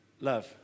love